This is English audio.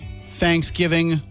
Thanksgiving